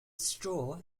straw